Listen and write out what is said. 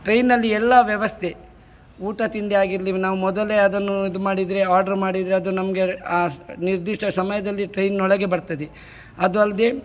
ಟ್ರೈನಲ್ಲಿ ಎಲ್ಲ ವ್ಯವಸ್ಥೆ ಊಟ ತಿಂಡಿ ಆಗಿರಲಿ ನಾವು ಮೊದಲೇ ಅದನ್ನು ಇದು ಮಾಡಿದರೆ ಆರ್ಡ್ರು ಮಾಡಿದರೆ ಅದು ನಮಗೆ ಆ ನಿರ್ದಿಷ್ಟ ಸಮಯದಲ್ಲಿ ಟ್ರೈನ್ನೊಳಗೆ ಬರ್ತದೆ ಅದು ಅಲ್ಲದೆ